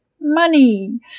money